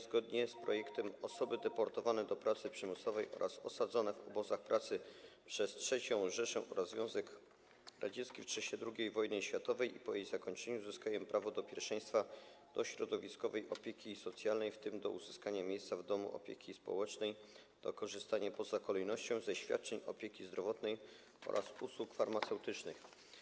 Zgodnie z projektem osoby deportowane do pracy przymusowej oraz osadzone w obozach pracy przez III Rzeszę oraz Związek Radziecki w czasie II wojny światowej i po jej zakończeniu uzyskają prawo pierwszeństwa do środowiskowej opieki socjalnej, w tym do uzyskania miejsca w domu opieki społecznej, do korzystania poza kolejnością ze świadczeń opieki zdrowotnej oraz usług farmaceutycznych.